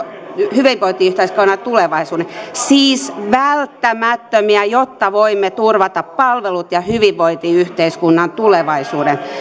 hyvinvointiyhteiskunnan tulevaisuuden siis välttämättömiä jotta voimme turvata palvelut ja hyvinvointiyhteiskunnan tulevaisuuden